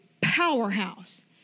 powerhouse